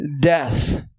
death